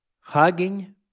hugging